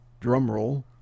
drumroll